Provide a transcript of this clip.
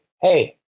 hey